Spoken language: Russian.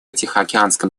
тихоокеанском